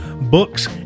books